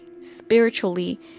spiritually